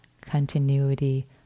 continuity